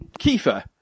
Kiefer